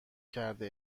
کرده